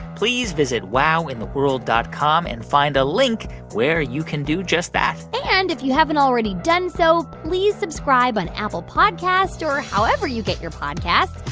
please visit wowintheworld dot com and find a link where you can do just that and if you haven't already done so, please subscribe on apple podcasts or however you get your podcasts.